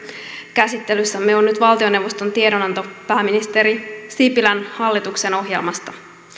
käsittelyssämme on nyt valtioneuvoston tiedonanto pääministeri sipilän hallituksen ohjelmasta